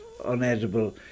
unedible